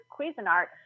Cuisinart